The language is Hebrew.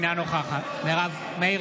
בעד מאיר